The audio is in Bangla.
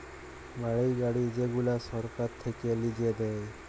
বাড়ি, গাড়ি যেগুলা সরকার থাক্যে লিজে দেয়